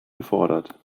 gefordert